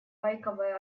байковое